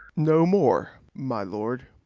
no more, my lord.